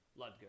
ludger